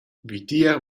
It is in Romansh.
vitier